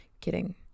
kidding